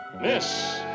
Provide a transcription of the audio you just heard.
Miss